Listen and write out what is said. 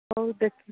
ହଉ ଦେଖ